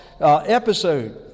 episode